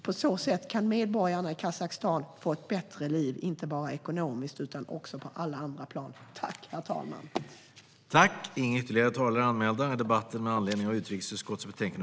På så sätt kan medborgarna i Kazakstan få ett bättre liv, inte bara ekonomiskt utan också på alla andra plan.